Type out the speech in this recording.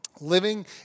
living